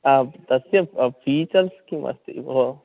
आं तस्य फ़ीचर्स् किम् अस्ति भोः